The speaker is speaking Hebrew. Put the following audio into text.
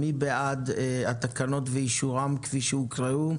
מי בעד אישור התקנות כפי שהוקראו?